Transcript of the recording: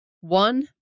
one